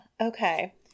okay